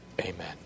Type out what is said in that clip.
Amen